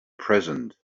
present